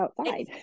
outside